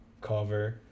cover